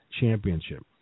Championship